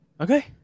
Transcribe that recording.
Okay